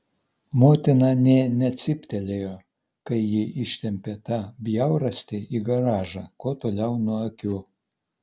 motina nė necyptelėjo kai ji ištempė tą bjaurastį į garažą kuo toliau nuo akių